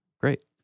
great